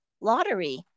lottery